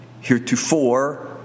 heretofore